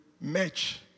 match